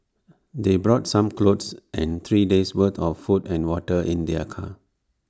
they brought some clothes and three days' worth of food and water in their car